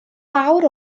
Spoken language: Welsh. mawr